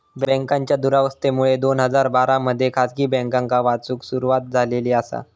बँकांच्या दुरावस्थेमुळे दोन हजार बारा मध्ये खासगी बँकांका वाचवूक सुरवात झालेली आसा